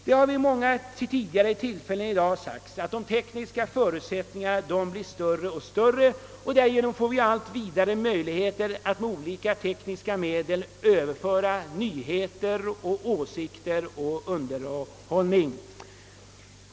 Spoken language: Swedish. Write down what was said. Det har flera gånger i dag framhållits att de tekniska förutsättningarna blir större och större och att vi därmed får allt vidare möjligheter att överföra nyheter, åsikter och underhållning.